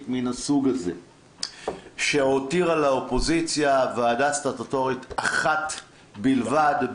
מן הסוג הזה שהותירה לאופוזיציה ועדה סטטוטורית אחת בלבד.